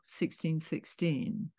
1616